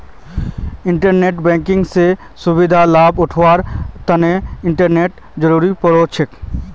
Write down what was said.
internet banking स सुविधार लाभ उठावार तना इंटरनेटेर जरुरत पोर छे